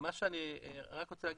אני רוצה להגיד,